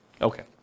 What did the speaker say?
Okay